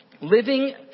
Living